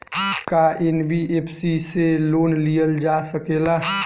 का एन.बी.एफ.सी से लोन लियल जा सकेला?